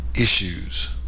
issues